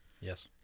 Yes